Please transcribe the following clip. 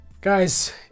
Guys